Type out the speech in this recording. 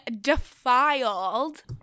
defiled